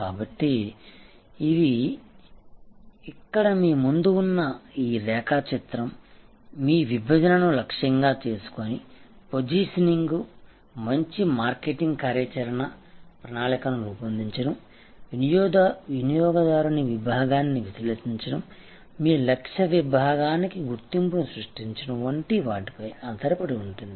కాబట్టి ఇక్కడ మీ ముందు ఉన్న ఈ రేఖాచిత్రం మీ విభజనను లక్ష్యంగా చేసుకుని పొజిషనింగ్ మంచి మార్కెటింగ్ కార్యాచరణ ప్రణాళికను రూపొందించడం వినియోగదారుని విభాగాన్ని విశ్లేషించడం మీ లక్ష్య విభాగానికి గుర్తింపును సృష్టించడం వంటి వాటిపై ఆధారపడి ఉంటుంది